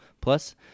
Plus